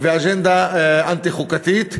ואג'נדה אנטי-חוקתית,